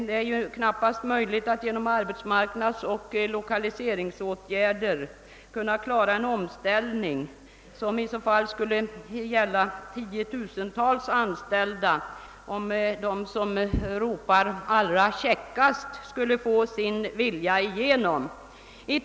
Det är knappast möjligt att genom arbetsmarknadsoch lokaliseringsåtgärder kunna klara en omställning, som i så fall skulle gälla flera tusentals anställda, om de som ropar ivrigast skulle få sin vilja igenom.